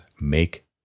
make